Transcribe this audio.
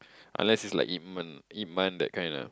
unless it's like I_P-Man I_P-Man that kind ah